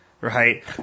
right